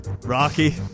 Rocky